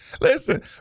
Listen